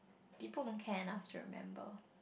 people don't care enough to remember